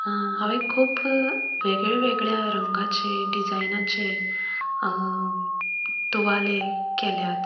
हांवेन खूब वेगळे वेगळे रंगाचे डिझायनाचें तुवालें केल्यात